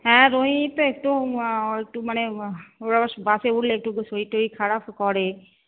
হ্যাঁ রোহিণীর তো একটু ও একটু মানে ওর আবার বাসে উঠলে একটু শরীর টরির খারাপ করে